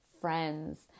friends